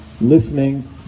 listening